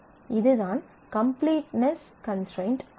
இதுதான் completeness constraint ஆகும்